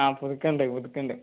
ആ പുതുക്കണുണ്ട് പുതുക്കണുണ്ട്